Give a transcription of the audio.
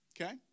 Okay